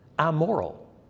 amoral